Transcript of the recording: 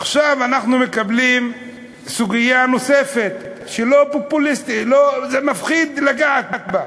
עכשיו אנחנו מקבלים סוגיה נוספת שמפחיד לגעת בה,